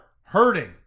hurting